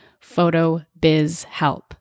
PhotoBizHelp